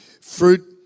fruit